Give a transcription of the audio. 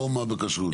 השדה,